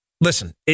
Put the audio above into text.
Listen